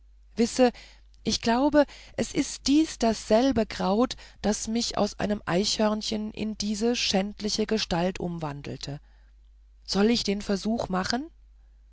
wisse ich glaube es ist dies dasselbe kraut das mich aus einem eichhörnchen in diese schändliche gestalt umwandelte soll ich den versuch machen